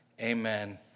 Amen